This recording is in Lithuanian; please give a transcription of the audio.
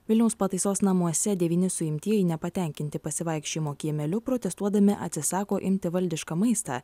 vilniaus pataisos namuose devyni suimtieji nepatenkinti pasivaikščiojimo kiemeliu protestuodami atsisako imti valdišką maistą